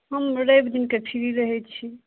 हम रवि दिनके फ्री रहय छी